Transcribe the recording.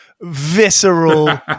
visceral